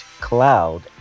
cloud